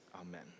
amen